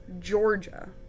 Georgia